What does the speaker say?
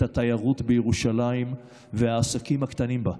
התיירות בירושלים ואת העסקים הקטנים בה.